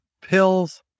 Pills